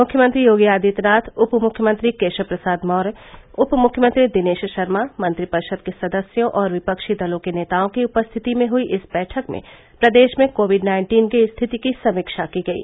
मुख्यमंत्री योगी आदित्यनाथ उप मृख्यमंत्री केशव प्रसाद मौर्य उप मृख्यमंत्री दिनेश शर्मा मंत्रिपरिषद के सदस्यों और विपक्षी दलों के नेताओं की उपस्थिति में हई इस बैठक में प्रदेश में कोविड नाइन्टीन की स्थिति की समीक्षा की गयी